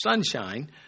sunshine